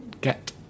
get